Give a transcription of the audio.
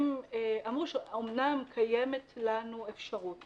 הם אמרו שאמנם קיימת לנו אפשרות